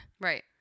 Right